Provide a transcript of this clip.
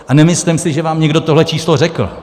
A nemyslím si, že vám někdo tohle číslo řekl.